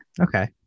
Okay